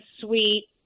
sweet